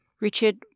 Richard